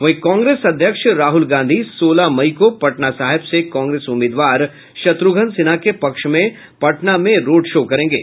वहीं कांग्रेस अध्यक्ष राहुल गांधी सोलह मई को पटना साहिब से कांग्रेस उम्मीदवार शत्रुघ्न सिन्हा के पक्ष में पटना में रोड शो करेंगे